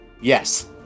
Yes